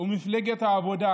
ומפלגת העבודה,